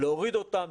להוריד אותם,